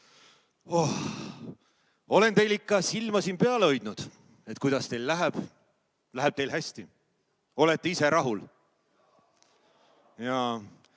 olen teil ikka silma siin peal hoidnud, et kuidas teil läheb. Läheb teil hästi? Olete ise rahul?